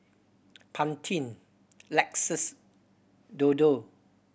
Pantene Lexus Dodo